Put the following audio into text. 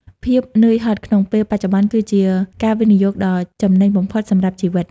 ភាពនឿយហត់ក្នុងពេលបច្ចុប្បន្ន គឺជាការវិនិយោគដ៏ចំណេញបំផុតសម្រាប់ជីវិត។